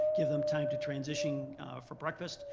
give them time to transition for breakfast,